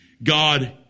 God